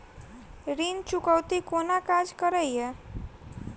ऋण चुकौती कोना काज करे ये?